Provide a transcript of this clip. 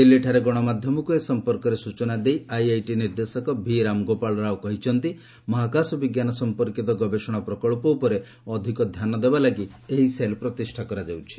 ଦିଲ୍ଲୀଠାରେ ଗଣମାଧ୍ୟମକୁ ଏ ସଂପର୍କରେ ସୂଚନା ଦେଇ ଆଇଆଇଟି ନିର୍ଦ୍ଦେଶକ ଭିରାମଗୋପାଳ ରାଓ କହିଛନ୍ତି ମହାକାଶ ବିଜ୍ଞାନ ସଂପର୍କିତ ଗବେଷଣା ପ୍ରକଳ୍ପ ଉପରେ ଅଧିକ ଧ୍ୟାନ ଦେବା ଲାଗି ଏହି ସେଲ୍ ପ୍ରତିଷ୍ଠା କରାଯାଇଛି